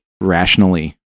rationally